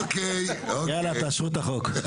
יאללה, תעשו את החוק.